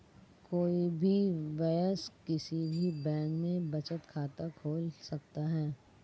कोई भी वयस्क किसी भी बैंक में बचत खाता खोल सकता हैं